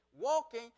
walking